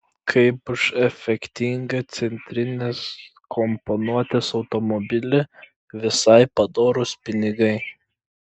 kaip už efektingą centrinės komponuotės automobilį visai padorūs pinigai